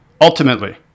ultimately